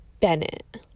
Bennett